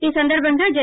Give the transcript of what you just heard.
ఈ సందర్భంగా జె